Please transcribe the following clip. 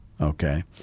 okay